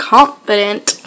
Confident